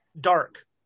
dark